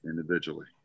Individually